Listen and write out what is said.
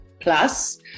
plus